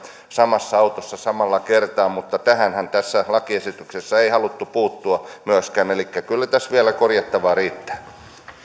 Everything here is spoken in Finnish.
samassa autossa samalla kertaa mutta myöskään tähän tässä lakiesityksessä ei haluttu puuttua elikkä kyllä tässä vielä korjattavaa riittää